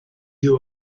you